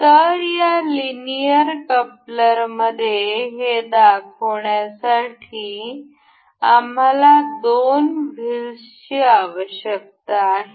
तर या लिनियर कपलरमध्ये हे दाखवण्यासाठी आम्हाला दोन व्हीलसची आवश्यकता आहे